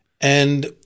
And-